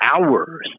hours